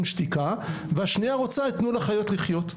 שתיקה" והשנייה רוצה את תנו לחיות לחיות.